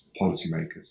policymakers